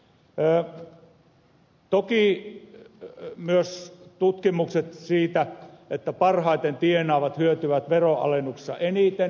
toki tiedän myös tutkimukset siitä että parhaiten tienaavat hyötyvät veronalennuksesta eniten